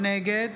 נגד